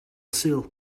sul